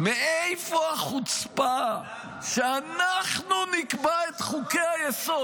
מאיפה החוצפה שאנחנו נקבע את חוקי-היסוד?